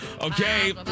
Okay